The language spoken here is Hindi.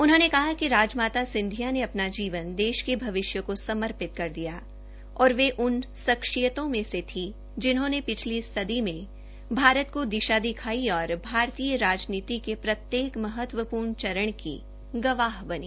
उन्होंने कहा कि राजमाता सिंधिया ने अपनी जीवन देश के भविष्य को समर्पित कर दिया और वे उन शख्सियतों में थी जिन्होंने पिछली सदी में भारत को दिशा दिखाई और भारतीय राजनीति के प्रत्येक महत्वपूर्ण चरण की गवाह बनी